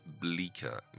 bleaker